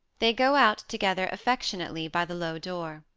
they go out together affectionately by the low door.